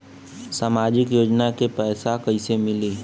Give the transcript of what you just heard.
सामाजिक योजना के पैसा कइसे मिली?